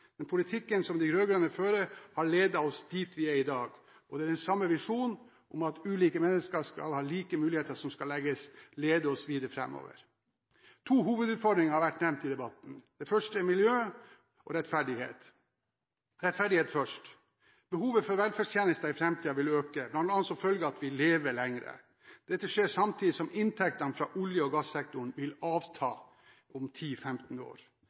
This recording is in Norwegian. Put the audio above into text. Den politikken som de rød-grønne fører, har ledet oss dit vi er i dag. Det er den samme visjonen om at ulike mennesker skal ha like muligheter som skal lede oss videre framover. To hovedutfordringer har vært nevnt i debatten – miljø og rettferdighet. Rettferdighet først: Behovet for velferdstjenester vil øke i framtiden, bl.a. som følge av at vi lever lenger. Dette skjer samtidig som inntektene fra olje- og gassektoren vil avta om 10–15 år.